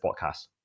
podcast